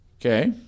Okay